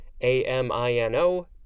a-m-i-n-o